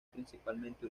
principalmente